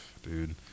dude